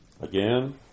Again